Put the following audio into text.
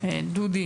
דודי